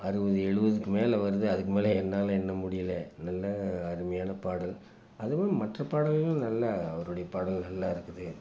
அறுபது எழுபதுக்கு மேலே வருது அதுக்கு மேலே என்னால் எண்ண முடியிலை நல்ல அருமையான பாடல் அதுவும் மற்ற பாடல்களும் நல்லா அவருடைய பாடல்கள் நல்லா இருக்குது